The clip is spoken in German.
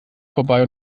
vorbei